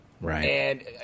right